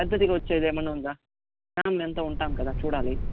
పెద్దగా వచ్చేది ఏమైనా ఉందా ఫ్యామిలీ అంతా ఉంటాం కదా చూడాలి